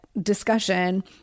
discussion